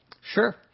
Sure